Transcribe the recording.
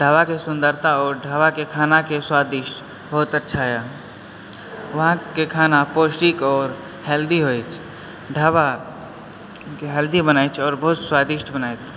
ढाबाके सुन्दरता आओर ढाबाके खानाके स्वादिष्ट बहुत अच्छाए वहाँके खाना पौष्टिक आओर हेल्दी होयत अछि ढाबाके हेल्दी बनाय छै आओर बहुत स्वादिष्ट बनाय